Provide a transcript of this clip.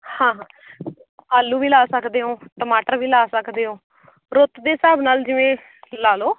ਹਾਂ ਹਾਂ ਆਲੂ ਵੀ ਲਾ ਸਕਦੇ ਹੋ ਟਮਾਟਰ ਵੀ ਲਾ ਸਕਦੇ ਹੋ ਰੁੱਤ ਦੇ ਹਿਸਾਬ ਨਾਲ ਜਿਵੇਂ ਲਾ ਲਓ